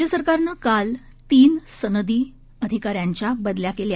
राज्य सरकारनं काल तीन सनदी तीन अधिकाऱ्यांच्या बदल्या केल्या